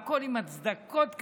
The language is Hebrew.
והכול עם הצדקות כאלה.